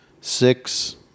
six